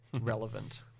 relevant